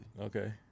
Okay